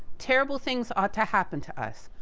terrible things ought to happen to us.